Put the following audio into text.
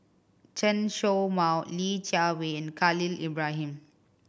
Chen Show Mao Li Jiawei and Khalil Ibrahim